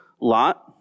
Lot